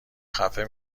خفه